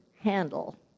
handle